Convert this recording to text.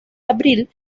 avril